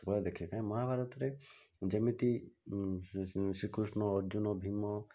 ସବୁବେଳେ ଦେଖେ କାହିଁକି ମହାଭାରତରେ ଯେମିତି ଶ୍ରୀକୃଷ୍ଣ ଅର୍ଜୁନ ଭୀମ